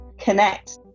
connect